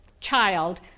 child